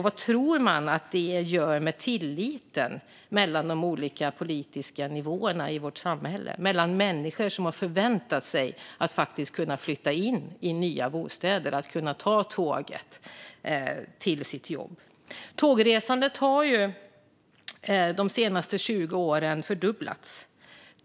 Vad tror man att man gör med tilliten mellan de olika politiska nivåerna i vårt samhälle och hos människor som har förväntat sig att kunna flytta in i nya bostäder och kunna ta tåget till sitt jobb? Tågresandet har de senaste 20 åren fördubblats.